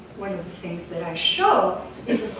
one of the things that i show is,